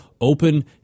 Open